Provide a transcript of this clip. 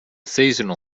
seasonal